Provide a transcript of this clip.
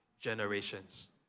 generations